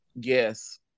Yes